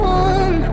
one